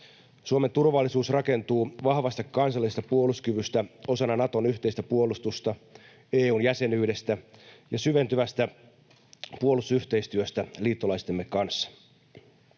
Suomen turvallisuus rakentuu vahvasta kansallisesta puolustuskyvystä osana Naton yhteistä puolustusta, EU:n jäsenyydestä ja syventyvästä puolustusyhteistyöstä liittolaistemme kanssa.